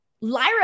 Lyra